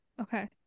okay